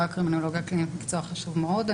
הקרימינולוגיה הקלינית הוא מקצוע חשוב מאוד,